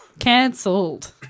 cancelled